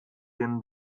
den